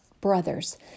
brothers